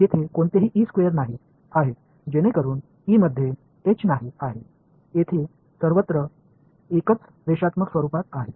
तेथे कोणतेही E square नाही आहे जेणेकरून ई मध्ये एच नाही आहे तेथे सर्वच एक रेषात्मक स्वरूपात आहेत